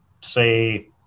say